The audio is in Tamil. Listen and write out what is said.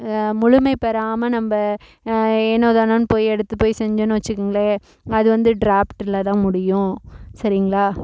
முழுமை பெறாமல் நம்ம ஏனோ தானோன்னு போய் எடுத்து போய் செஞ்சோம்னு வச்சிக்கோங்களேன் அது வந்து ட்ராப்ட்டில் தான் முடியும் சரிங்களா